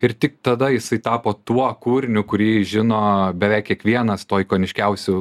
ir tik tada jisai tapo tuo kūriniu kurį žino beveik kiekvienas tuo ikoniškiausiu